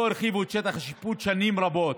לא הרחיבו את שטח השיפוט שנים רבות.